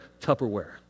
Tupperware